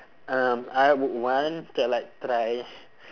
um I would want to like try